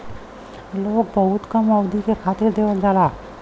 loan बहुत कम अवधि के खातिर देवल जाला